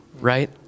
right